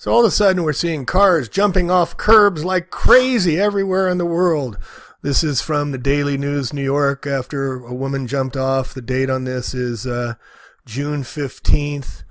so all the sudden we're seeing cars jumping off curbs like crazy everywhere in the world this is from the daily news new york after a woman jumped off the date on this is june fifteenth